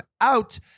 out